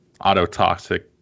autotoxic